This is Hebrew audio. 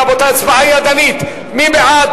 רבותי, הצבעה ידנית מי בעד